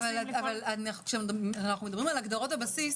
--- כשאנחנו מדברים על הגדרות הבסיס,